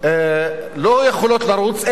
לא יכולות לרוץ,